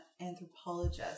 anthropologist